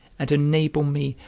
and enable me,